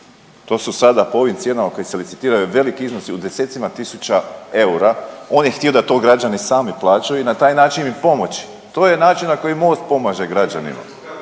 to su sada po ovom cijenama koje se licitiraju veliki iznosi u desecima tisuća eura. On je htio da to građani sami plaćaju i na taj način im pomoći. To je način na koji MOST pomaže građanima.